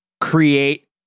create